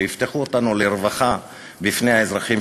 שיפתחו אותנו לרווחה בפני האזרחים,